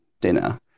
dinner